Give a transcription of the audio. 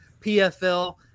PFL